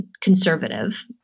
conservative